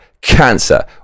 cancer